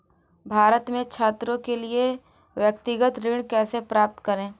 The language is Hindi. भारत में छात्रों के लिए व्यक्तिगत ऋण कैसे प्राप्त करें?